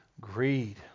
greed